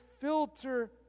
filter